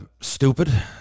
stupid